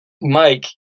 Mike